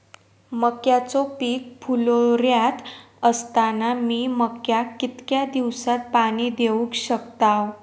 मक्याचो पीक फुलोऱ्यात असताना मी मक्याक कितक्या दिवसात पाणी देऊक शकताव?